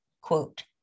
quote